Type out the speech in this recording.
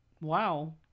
wow